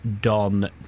Don